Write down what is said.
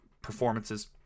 performances